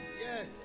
Yes